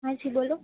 હાજી બોલો